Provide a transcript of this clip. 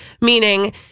meaning